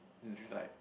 is like